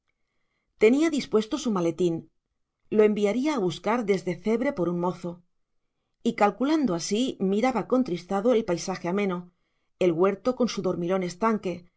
tenía dispuesto su maletín lo enviaría a buscar desde cebre por un mozo y calculando así miraba contristado el paisaje ameno el huerto con su dormilón estanque